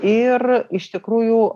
ir iš tikrųjų